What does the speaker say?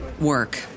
work